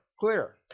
clear